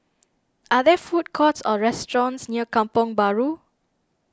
are there food courts or restaurants near Kampong Bahru